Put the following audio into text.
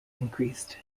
increased